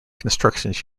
constructions